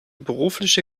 berufliche